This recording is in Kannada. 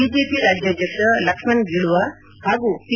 ಬಿಜೆಪಿ ರಾಜ್ಯಾಧ್ಯಕ್ಷ ಲಕ್ಷಣ್ ಗಿಲುವಾ ಹಾಗೂ ಪಿ